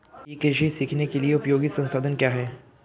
ई कृषि सीखने के लिए उपयोगी संसाधन क्या हैं?